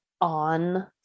on